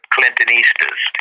Clintonistas